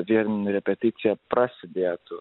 vien repeticija prasidėtų